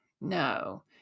no